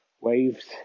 waves